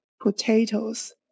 potatoes